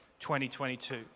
2022